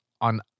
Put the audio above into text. on